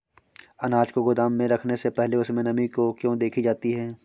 अनाज को गोदाम में रखने से पहले उसमें नमी को क्यो देखी जाती है?